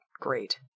great